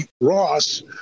Ross